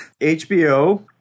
HBO